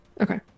Okay